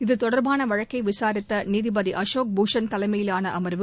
இதுதொடர்பான வழக்கை விசாரித்த நீதிபதி அசோக் பூஷன் தலைமையிலான அர்வு